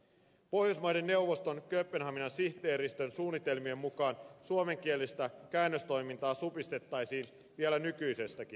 pohjoismaiden neuvoston kööpenhaminan sihteeristön suunnitelmien mukaan suomenkielistä käännöstoimintaa supistettaisiin vielä nykyisestäkin